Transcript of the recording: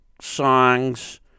songs